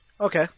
Okay